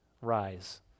rise